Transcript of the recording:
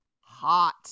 hot